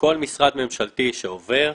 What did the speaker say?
כל משרד ממשלתי שעובר,